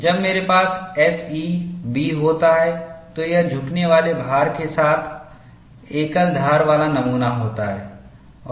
जब मेरे पास एसई B होता है तो यह झुकने वाले भार के साथ एकल धार वाला नमूना होता है